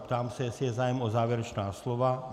Ptám se, jestli je zájem o závěrečná slova.